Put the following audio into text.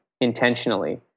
intentionally